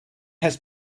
has